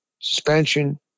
suspension